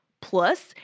Plus